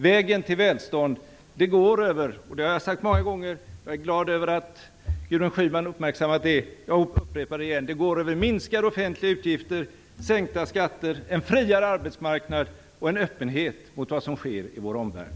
Vägen till välstånd går, som jag har sagt många gånger - och jag är glad över att Gudrun Schyman har uppmärksammat det - över minskade offentliga utgifter, sänkta skatter, en friare arbetsmarknad och en öppenhet mot vad som sker i vår omvärld.